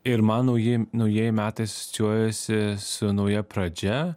ir man nauji naujieji metai asocijuojasi su nauja pradžia